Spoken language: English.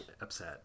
upset